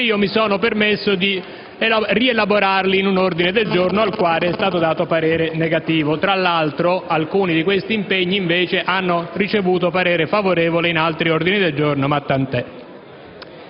Io mi sono permesso di rielaborarli in un ordine del giorno al quale è stato dato parere negativo. Alcuni di questi impegni hanno invece ricevuto parere favorevole in altri ordini del giorno: ma tant'è.